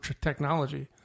technology